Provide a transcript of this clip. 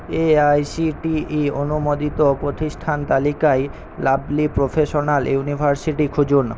AICTE অনুমোদিত প্রতিষ্ঠান তালিকায় লাভলি প্রফেশনাল ইউনিভার্সিটি খুঁজুন